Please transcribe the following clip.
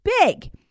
big